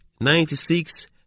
ninety-six